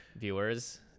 viewers